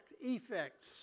effects